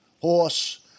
horse